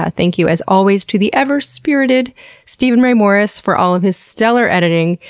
ah thank you, as always, to the ever-spirited steven ray morris for all of his stellar editing.